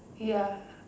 ya